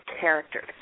characters